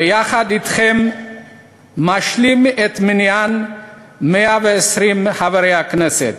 ויחד אתכם משלים את מניין 120 חברי הכנסת.